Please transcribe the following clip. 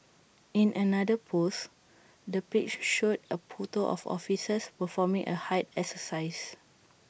in another post the page showed A photo of officers performing A height exercise